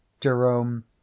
Jerome